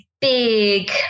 big